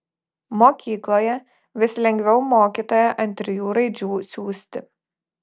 mokykloje vis lengviau mokytoją ant trijų raidžių siųsti